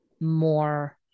more